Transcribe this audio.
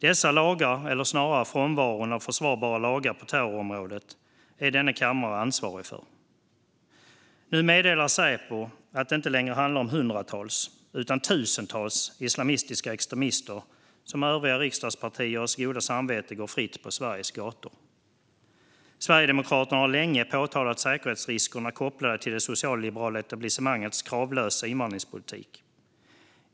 Dessa lagar, eller snarare frånvaron av försvarbara lagar på terrorområdet, är denna kammare ansvarig för. Nu meddelar Säpo att det inte längre handlar om hundratals utan om tusentals islamistiska extremister som, med övriga riksdagspartiers goda samvete, går fritt på Sveriges gator. Sverigedemokraterna har länge påtalat säkerhetsriskerna kopplade till det socialliberala etablissemangets kravlösa invandringspolitik.